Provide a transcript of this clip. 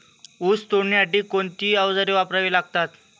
ऊस तोडणीसाठी कोणती अवजारे वापरावी लागतात?